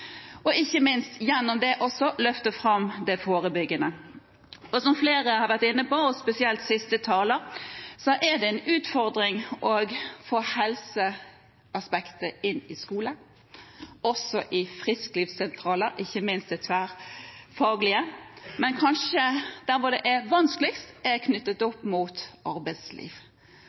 og ikke minst gjennom det også løfte fram det forebyggende. Som flere har vært inne på, og spesielt siste taler, er det en utfordring å få helseaspektet inn i skolen, også i frisklivssentraler, ikke minst det tverrfaglige, men kanskje der hvor det er vanskeligst, er